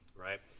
right